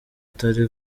atari